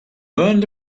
burned